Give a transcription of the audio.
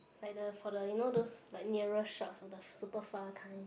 like the for the you know those like nearer shots or the super far kind